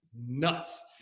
nuts